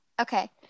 Okay